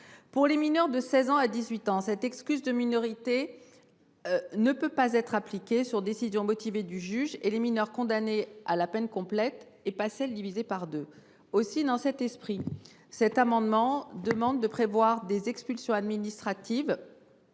Pour les mineurs de 16 ans à 18 ans, l’excuse de minorité peut ne pas être appliquée, sur décision motivée du juge, et les mineurs condamnés à la peine complète, et pas à celle divisée par deux. Dans cet esprit, cet amendement tend à prévoir que les expulsions administratives